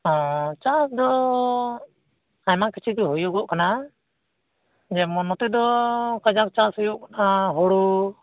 ᱚ ᱪᱟᱥ ᱫᱚ ᱟᱭᱢᱟ ᱠᱤᱪᱷᱩᱜᱮ ᱦᱩᱭᱩᱜᱚᱜ ᱠᱟᱱᱟ ᱡᱮᱢᱚᱱ ᱱᱚᱛᱮ ᱫᱚ ᱠᱟᱡᱟᱠ ᱪᱟᱥ ᱦᱩᱭᱩᱜ ᱠᱟᱱᱟ ᱦᱩᱲᱩ